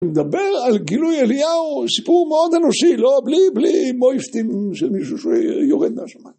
מדבר על גילוי אליהו סיפור מאוד אנושי, לא בלי מויפטים של מישהו שיורד נשמה.